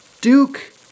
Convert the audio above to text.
Duke